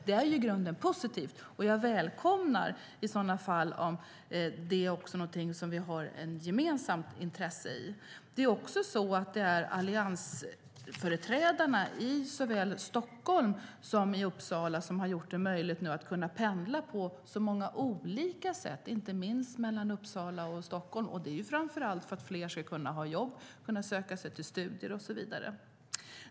Detta är i grunden positivt, och jag välkomnar om det är någonting som vi har ett gemensamt intresse i. Det är också alliansföreträdarna i såväl Stockholm som Uppsala som har gjort det möjligt att kunna pendla på så många olika sätt, inte minst mellan Uppsala och Stockholm. Det har man gjort framför allt för att fler ska kunna ha jobb, kunna söka sig till studier och så vidare.